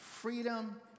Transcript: freedom